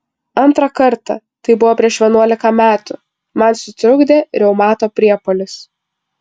antrą kartą tai buvo prieš vienuolika metų man sutrukdė reumato priepuolis